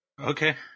Okay